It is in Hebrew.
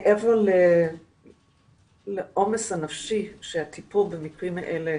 מעבר לעומס הנפשי שהטיפול במקרים האלה